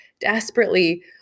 desperately